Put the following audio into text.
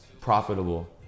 profitable